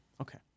Okay